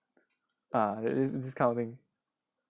this kind of thing